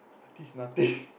I teach nothing